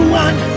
one